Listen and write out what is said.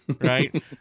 right